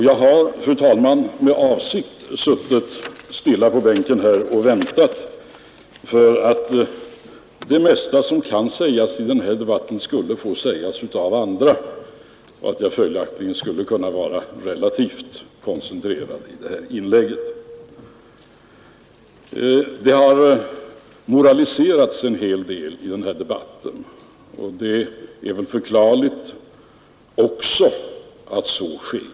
Jag har, fru talman, med avsikt suttit stilla i bänken och väntat på att det mesta av det som kan sägas i denna debatt skulle få sägas av andra, så att jag följaktligen kunde vara relativt koncentrerad i detta inlägg. Det har moraliserats en hel del i denna debatt, vilket väl är förklarligt.